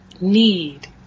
need